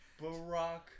barack